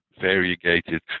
variegated